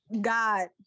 God